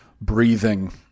breathing